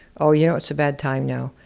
oh, you know, it's a bad time now.